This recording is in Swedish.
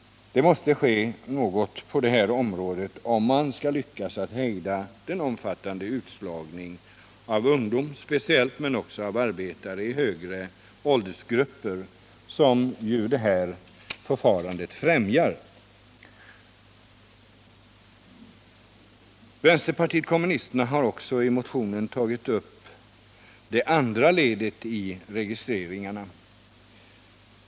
Det måste ske något på det här området om man skall lyckas hejda den omfattande utslagningen av speciellt ungdom men också av arbetare i de högre åldersgrupperna, något som ju detta förfarande främjar. Vänsterpartiet kommunisterna har också i motionen tagit upp det andra ledet i registreringen.